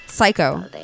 Psycho